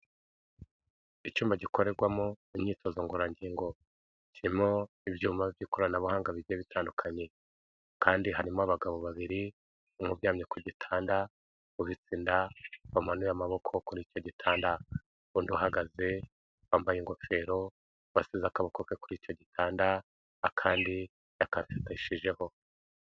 Icyuma gikorerwamo imyitozo ngororangingo, kirimo ibyuma by'ikoranabuhanga bigiye bitandukanye kandi harimo abagabo babiri, umwe uryamye ku gitanda wubitse inda wamanuye amaboko kuri icyo gitanda. Undi uhagaze wambaye ingofero wasize akaboko ke kuri icyo gitanda, akandi yakifatishijeho.